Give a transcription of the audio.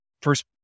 first